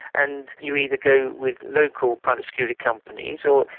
and you either go with local private security companies or,